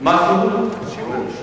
מה שיעור האבטלה, מה השיעור?